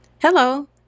Hello